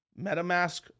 metamask